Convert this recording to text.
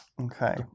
Okay